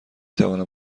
توانم